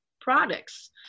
products